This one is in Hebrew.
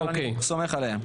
אני סומך עליהם.